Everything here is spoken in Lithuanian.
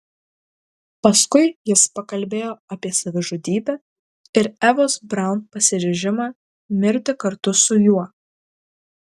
paskui jis pakalbėjo apie savižudybę ir evos braun pasiryžimą mirti kartu su juo